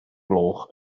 gloch